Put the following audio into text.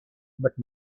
but